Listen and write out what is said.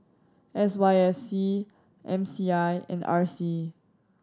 S Y F C M C I and R C